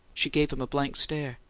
she gave him a blank stare.